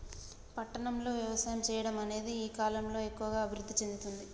పట్టణం లో వ్యవసాయం చెయ్యడం అనేది ఈ కలం లో ఎక్కువుగా అభివృద్ధి చెందుతుంది